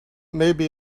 maybe